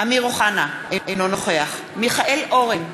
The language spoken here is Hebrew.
אמיר אוחנה, אינו נוכח מיכאל אורן,